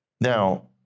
Now